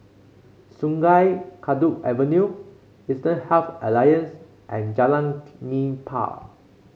Sungei Kadut Avenue Eastern Health Alliance and Jalan Nipah